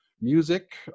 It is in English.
Music